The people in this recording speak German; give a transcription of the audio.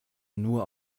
nur